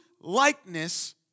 likeness